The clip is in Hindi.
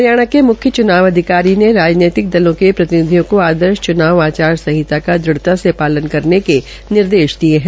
हरियाणा के मुख्य च्नाव अधिकारी ने राजनैतिक दलो के प्रतिनिधियों को आदर्श च्नाव संहिता का दृढ़ता से पालन करने के निर्देश दिये है